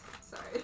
Sorry